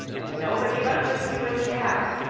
and nobody but lucy would he have.